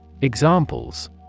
Examples